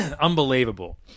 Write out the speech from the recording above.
Unbelievable